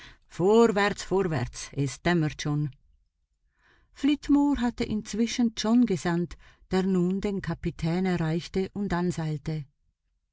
vorwärts vorwärts es dämmert schon flitmore hatte inzwischen john gesandt der nun den kapitän erreichte und anseilte